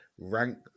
Rank